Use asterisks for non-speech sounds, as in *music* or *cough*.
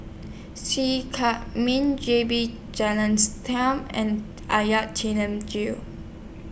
See Chak Mun J B *unintelligible* and *unintelligible* Gill